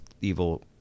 evil